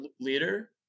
leader